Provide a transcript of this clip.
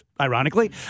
ironically